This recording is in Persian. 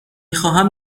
خواهم